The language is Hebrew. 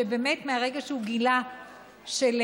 שבאמת מהרגע שהוא גילה שלתלמידים,